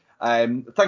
Thank